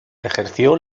ejerció